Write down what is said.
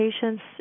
patients